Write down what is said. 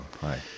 Hi